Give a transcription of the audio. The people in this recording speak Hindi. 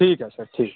ठीक है सर ठीक